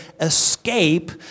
escape